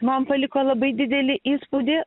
man paliko labai didelį įspūdį